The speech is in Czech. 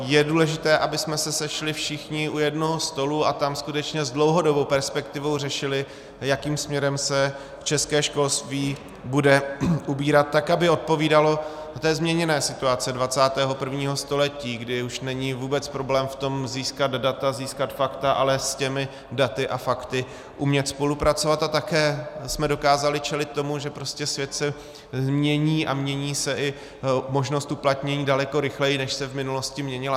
Je důležité, abychom se sešli všichni u jednoho stolu a tam skutečně s dlouhodobou perspektivou řešili, jakým směrem se české školství bude ubírat, aby odpovídalo té změněné situaci 21. století, kdy už není vůbec problém v tom získat data, získat fakta, ale s těmi daty a fakty umět spolupracovat, a také jsme dokázali čelit tomu, že prostě svět se mění a mění se i možnost uplatnění daleko rychleji, než se v minulosti měnila.